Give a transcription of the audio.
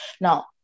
Now